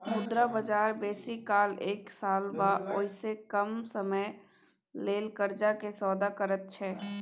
मुद्रा बजार बेसी काल एक साल वा ओइसे कम समयक लेल कर्जा के सौदा करैत छै